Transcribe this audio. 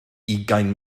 ugain